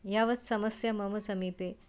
यावत् समस्या मम समीपे